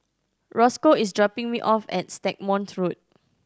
Roscoe is dropping me off at Stagmont Road